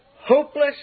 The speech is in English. hopeless